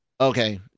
Okay